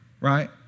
right